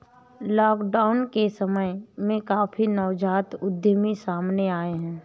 lockdown के समय में काफी नवजात उद्यमी सामने आए हैं